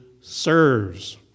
serves